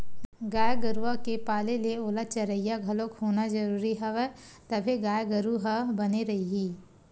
गाय गरुवा के पाले ले ओला चरइया घलोक होना जरुरी हवय तभे गाय गरु ह बने रइही